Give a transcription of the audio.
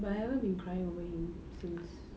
but I haven't been crying over him since